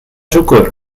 siwgr